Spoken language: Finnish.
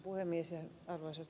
arvoisat kollegat